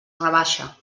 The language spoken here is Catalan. rebaixa